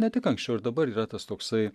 ne tik anksčiau ir dabar yra tas toksai